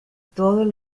todos